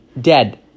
dead